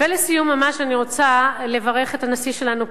לסיום ממש, אני רוצה לברך את הנשיא שלנו פרס,